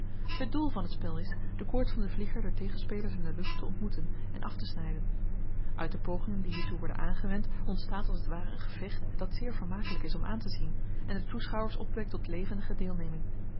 het doel van t spel is de koord van den vlieger der tegenspelers in de lucht te ontmoeten en aftesnyden uit de pogingen die hiertoe worden aangewend ontstaat als t ware een gevecht dat zeer vermakelyk is om aantezien en de toeschouwers opwekt tot levendige deelneming